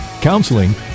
counseling